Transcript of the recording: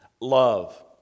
Love